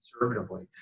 conservatively